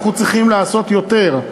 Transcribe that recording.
אנחנו צריכים לעשות יותר.